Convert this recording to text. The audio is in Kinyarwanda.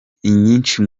inyinshi